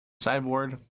Sideboard